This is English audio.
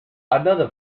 another